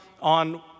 on